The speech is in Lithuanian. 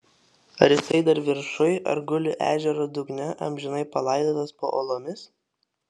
ar jisai dar viršuj ar guli ežero dugne amžinai palaidotas po uolomis